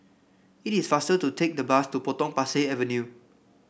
it is faster to take the bus to Potong Pasir Avenue